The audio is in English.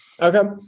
Okay